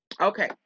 Okay